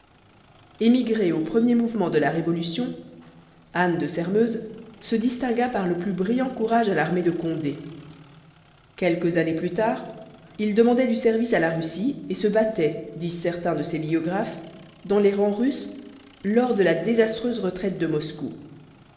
émigré aux premiers mouvements de la révolution anne de sairmeuse se distingua par le plus brillant courage à l'armée de condé quelques années plus tard il demandait du service à la russie et se battait disent certains de ses biographes dans les rangs russes lors de la désastreuse retraite de moscou